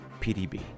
pdb